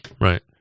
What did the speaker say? Right